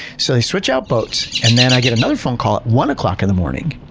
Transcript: so they switch out boats, and then i get another phone call one o'clock in the morning,